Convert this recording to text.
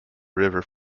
river